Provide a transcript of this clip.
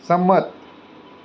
સંમત